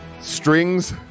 strings